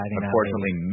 unfortunately